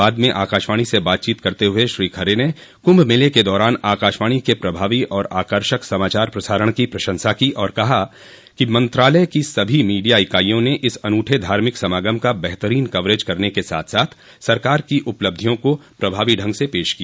बाद में आकाशवाणी से बातचीत करते हुए श्री खरे ने कुम्भ मेले के दौरान आकाशवाणी के प्रभावी और आकर्षक समाचार प्रसारण की प्रशंसा की और कहा कि मंत्रालय की सभी मीडिया इकाइयों ने इस अनूठे धार्मिक समागम का बेहतरीन कवरेज करने के साथ साथ सरकार की उपलब्धियों को प्रभावी ढंग से पेश किया